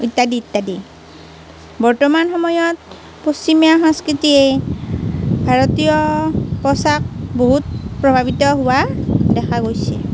ইত্যাদি ইত্যাদি বৰ্তমান সময়ত পশ্চিমীয়া সাংস্কৃতিয়ে ভাৰতীয় পোছাক বহুত প্ৰভাবিত হোৱা দেখা গৈছে